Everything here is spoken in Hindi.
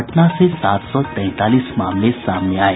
पटना से सात सौ तैंतालीस मामले सामने आये